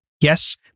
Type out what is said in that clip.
Yes